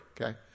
okay